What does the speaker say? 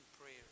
prayer